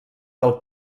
del